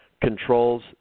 controls